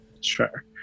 Sure